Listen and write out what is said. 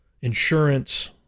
insurance